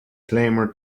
clamored